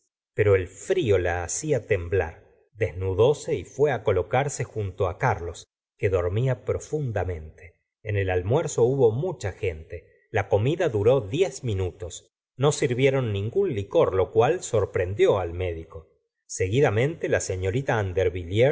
pero el frío la hacía temblar desnudóse y fué á colocarse junto carlos que dormía profundamente en el almuerzo hubo mucha gente la comida i duró diez minutos no sirvieron ningún licor lo cual sorprendió al médico seguidamente la señorita